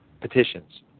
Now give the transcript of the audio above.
petitions